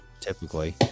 typically